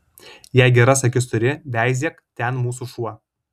jei geras akis turi veizėk ten mūsų šuo